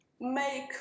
make